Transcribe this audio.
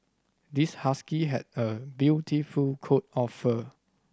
this husky has a beautiful coat of fur